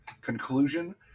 conclusion